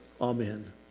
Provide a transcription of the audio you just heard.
Amen